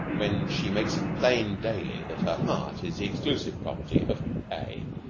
when she makes it plain daily that her heart is the exclusive property of a